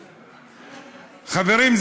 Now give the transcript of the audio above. חברים,